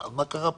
מה קרה פה?